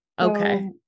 Okay